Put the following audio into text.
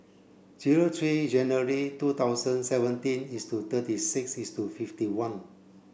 zero three January two thousand seventeen is to thirty six is to fifty one